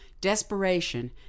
Desperation